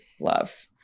Love